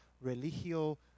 religio